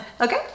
okay